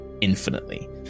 infinitely